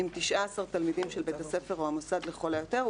עם תשעה עשר תלמידים של בית הספר או המוסד" "לכל היותר,